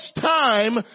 time